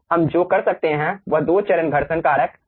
हम जो कर सकते हैं वह दो चरण घर्षण कारक हैं